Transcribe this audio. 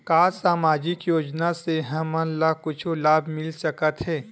का सामाजिक योजना से हमन ला कुछु लाभ मिल सकत हे?